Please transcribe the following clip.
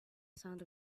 sound